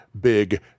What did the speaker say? big